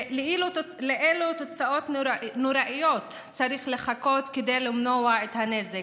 ולאילו תוצאות נוראיות צריך לחכות כדי למנוע את הנזק?